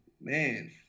man